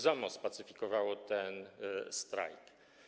ZOMO spacyfikowało ten strajk.